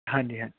ਹਾਂਜੀ ਹਾਂਜੀ